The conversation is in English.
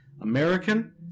American